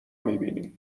میبینی